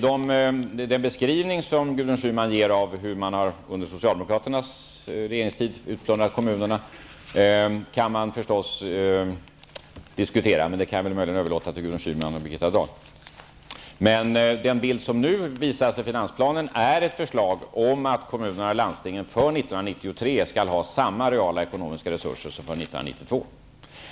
Den beskrivning som Gudrun Schyman ger av hur man under socialdemokraternas regeringstid har utplånat kommunerna kan man förstås diskutera, men det kan jag väl överlåta till Gudrun Schyman och I finansplanen redovisas ett förslag om att kommunerna och landstingen för 1993 skall ha samma reala ekonomiska resurser som för 1992.